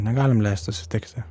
negalim leist susitikti